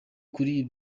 kuri